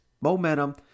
Momentum